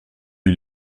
eut